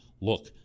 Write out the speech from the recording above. Look